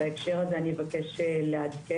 בהקשר הזה אני אבקש לעדכן.